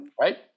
Right